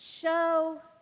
Show